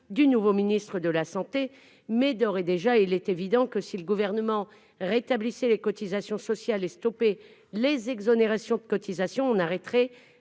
du nouveau ministre de la Santé, mais d'ores et déjà, il est évident que si le gouvernement rétablissez les cotisations sociales et stopper les exonérations de cotisations on arrêterait